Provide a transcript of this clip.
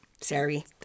Sorry